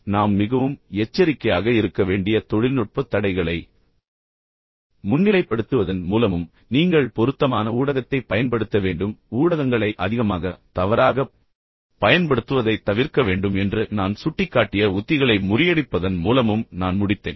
இறுதியில் நாம் மிகவும் எச்சரிக்கையாக இருக்க வேண்டிய தொழில்நுட்பத் தடைகளை மீண்டும் முன்னிலைப்படுத்துவதன் மூலமும் நீங்கள் பொருத்தமான ஊடகத்தைப் பயன்படுத்த வேண்டும் ஊடகங்களை அதிகமாகப் பயன்படுத்துவதைத் தவிர்க்க வேண்டும் அல்லது ஊடகங்களை தவறாகப் பயன்படுத்துவதைத் தவிர்க்க வேண்டும் என்று நான் சுட்டிக்காட்டிய உத்திகளை முறியடிப்பதன் மூலமும் நான் முடித்தேன்